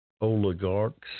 oligarchs